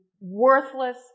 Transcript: Worthless